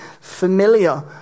familiar